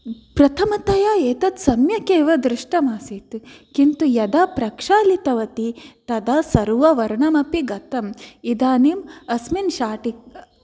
प्रथमतया एतत् सम्यक् एव दृष्टमासीत् किन्तु यदा प्रक्षालितवती तदा सर्वं वर्णमपि गतम् इदानीम् अस्मिन् शाटिका